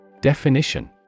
Definition